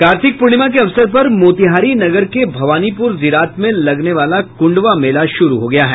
कार्तिक पूर्णिमा के अवसर पर मोतिहारी नगर के भवानीपूर जिरात में लगने वाला कुंडवा मेला शुरू हो गया है